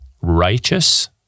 righteous